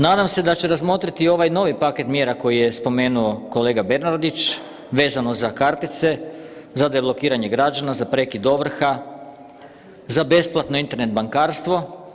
Nadam se da će razmotriti i ovaj novi paket mjera koji je spomenuo kolega Bernardić, vezano za kartice, za deblokiranje građana, za prekid ovrha, za besplatno Internet bankarstvo.